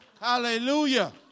Hallelujah